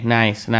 nice